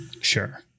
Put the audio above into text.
sure